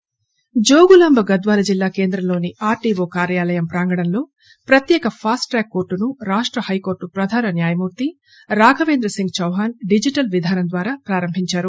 fast track court Jogulamba Gadwal జిల్లా కేంద్రంలోని RDO కార్యాలయం ప్రాంగణంలో ప్రత్యేక ఫాస్ట్ ట్రాక్ కోర్టును రాష్ట హైకోర్టు ప్రధాన న్యాయమూర్తి రాఘవేంద్ర సింగ్ చౌహాన్ డిజిటల్ విధానం ద్వారా ప్రారంభిందారు